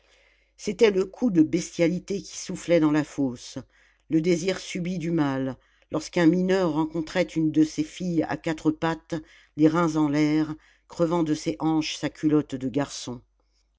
c'était le coup de bestialité qui soufflait dans la fosse le désir subit du mâle lorsqu'un mineur rencontrait une de ces filles à quatre pattes les reins en l'air crevant de ses hanches sa culotte de garçon